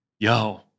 Yo